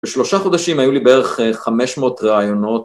בשלושה חודשים היו לי בערך 500 רעיונות.